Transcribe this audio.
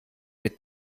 mit